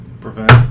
prevent